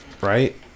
Right